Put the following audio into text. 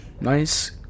nice